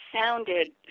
sounded